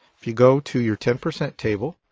if you go to your ten percent table